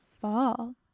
fall